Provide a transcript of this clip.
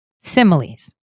Similes